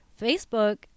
Facebook